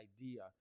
idea